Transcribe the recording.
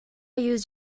use